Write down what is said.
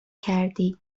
کردی